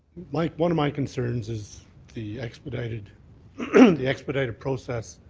my one of my concerns is the expedited the expedited process,